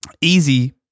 easy